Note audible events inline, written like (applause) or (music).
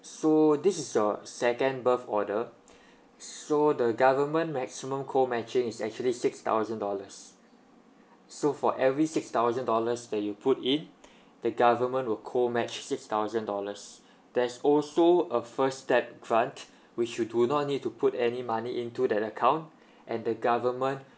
so this is your second birth order (breath) so the government maximum co matching is actually six thousand dollars so for every six thousand dollars that you put in the government will co match six thousand dollars there's also a first step grant which you do not need to put any money into that account and the government